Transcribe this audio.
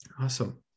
Awesome